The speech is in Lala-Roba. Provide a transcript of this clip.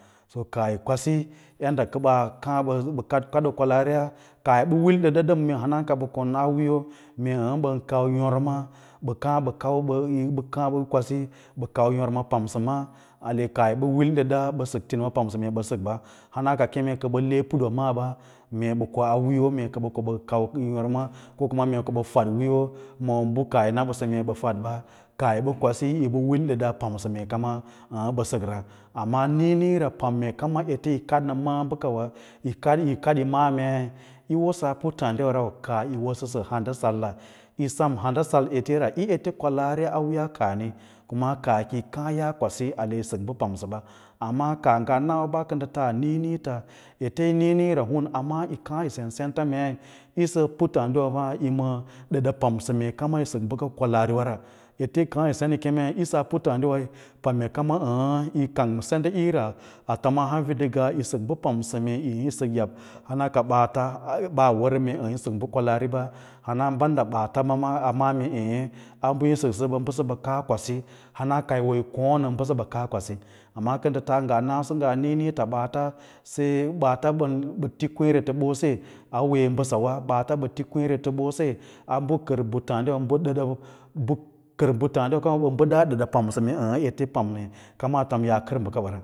To kaah kwasi yaɗda kə baa kaã ɓə kaɗ kaɗoo kwalaariya kaah yi ɓə wil ɗəda ɗəm mee hana ka ɓə kona wiiyo mee ɓən kau yôrma ɓə kaã ɓə kau ə kaã ɓə kwaso ɓə yôr yôrma pamsə ma a kaah yi ɓa wil ɗəɗa ale ɓə sək tinima u pamsə mee ɓə sək ɓa hana ka keme kə ɓə le putwa maaba mee ɓə koa wiiyo mee ko ɓə kau yôrma ko kuma mee ko ɓə fəd wiiyo ma bə kaah yi na ɓəsə mee ɓə fadba, kaah yi ɓə kwasi yi ɓə wil ɗəda mee yi pamsəwa mee ɓə səkra, amma niĩniĩra pam mee kama ete yi kaɗ ma maꞌā bəkawa, yo kad yo maã mei yi wosaa puttaɗiwa rau kaah yi wosə sə handa salla yi sen handasal eteya ra, yi ete kwalaari a wiiya kaah ri kuma kaah kiyi kaã yaa kwasi ale yo sək bə pamsəɓa, amma kato nga kə ndə taa kə nɗə taa niĩniĩta, ete yi niĩnii! Ra, hun amma yi kaã yi sen senta mei yisə puttǎǎɗiwa maaba yi ma dəda pamsə mee kama yi sək bəka kwalaariwa ra ete yi kaã yi san yi kemei yisaa puttǎǎdiwa wa pam mee kamai əə̃ yi kang ma semɗa ira atom a hanfina yi sək bə pamsə yabba, hara ka ɓaata aa wər mee yín sək bə kwalaari ɓa hana banda ɓaata ma ma a maꞌǎ mee ěě a bə yi səksə səɓa, kaa kwasi hana ka yi wo yi kǒǒnə ka kwasí amma kə ndə taa ngaa nawá ngaa niĩniĩta ɓaata sai ɓaata ɓaan ti kwěěreteɓose a wee mbəsawa ɓaata ɓə ti kwěěreteɓose ɓə kər puttǎǎɗiwa ɓa kər puttǎǎdiwa kawa ɓa bədaa ɗəɗa lo pamse kama tom yaa kər bəkaake daud.